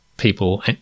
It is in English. people